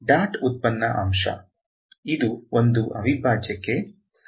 dot ಉತ್ಪನ್ನ ಅಂಶ ಇದು ಒಂದು ಅವಿಭಾಜ್ಯಕ್ಕೆ ಸಾಮಾನ್ಯೀಕರಿಸುತ್ತದೆ